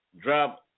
drop